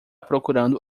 procurando